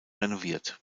renoviert